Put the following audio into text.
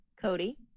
Cody